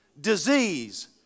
disease